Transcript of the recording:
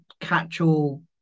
catch-all